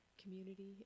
community